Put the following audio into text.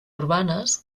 urbanes